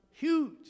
Huge